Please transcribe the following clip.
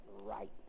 right